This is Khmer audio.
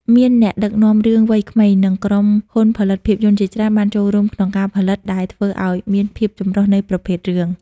មានអ្នកដឹកនាំរឿងវ័យក្មេង និងក្រុមហ៊ុនផលិតភាពយន្តជាច្រើនបានចូលរួមក្នុងការផលិត ដែលធ្វើឱ្យមានភាពចម្រុះនៃប្រភេទរឿង។